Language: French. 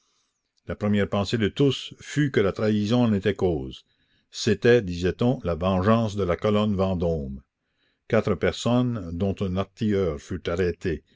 la première pensée de tous fut que la trahison en était cause c'était disait-on la vengeance de la colonne vendôme quatre personnes dont un artilleur furent arrêtés